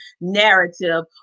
narrative